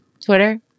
Twitter